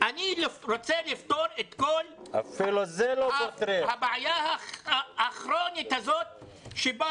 אני רוצה לפתור את כל הבעיה הכרונית הזאת שבה